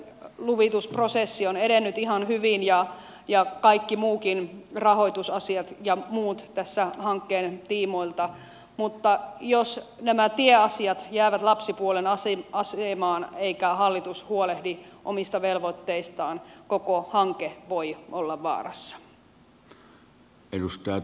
ympäristöluvitusprosessi on edennyt ihan hyvin ja kaikki muutkin rahoitusasiat ja muut tässä hankkeen tiimoilta mutta jos nämä tieasiat jäävät lapsipuolen asemaan eikä hallitus huolehdi omista velvoitteistaan koko hanke voi olla vaarassa